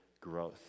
growth